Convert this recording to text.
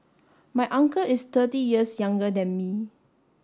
my uncle is thirty years younger than me